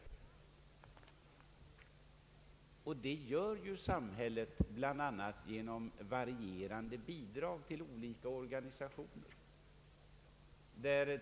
Och det gör samhället bland annat genom varierande bidrag till olika organisationer.